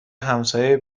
همسایه